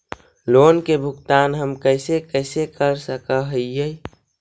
Loan के भुगतान हम कैसे कैसे कर सक हिय?